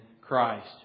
Christ